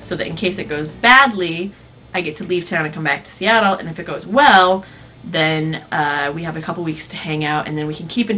so that in case it goes badly i get to leave town to come back to seattle and if it goes well then we have a couple weeks to hang out and then we can keep in